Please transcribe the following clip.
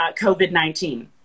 COVID-19